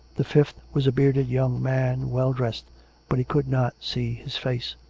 the fifth was a bearded young man, well dressed but he could not see his face.